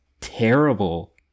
terrible